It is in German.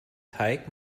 teig